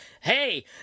Hey